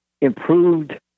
improved